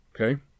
okay